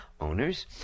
owners